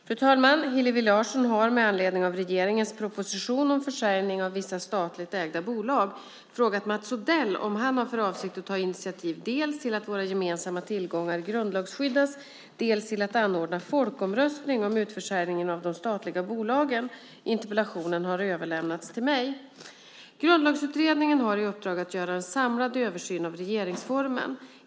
Fru talman! Hillevi Larsson har med anledning av regeringens proposition om försäljning av vissa statligt ägda bolag frågat Mats Odell om han har för avsikt att ta initiativ dels till att våra gemensamma tillgångar grundlagsskyddas, dels till att anordna folkomröstning om utförsäljningen av de statliga bolagen. Interpellationen har överlämnats till mig. Grundlagsutredningen har i uppdrag att göra en samlad översyn av regeringsformen.